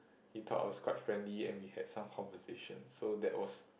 he thought I was quite friendly and we had some conversation so that was